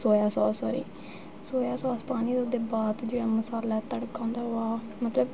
सोया sauce होई soya sauce पानी ओह्दै बाद जेह्ड़ा मसाले दा तड़का होंदा वाह् मतलब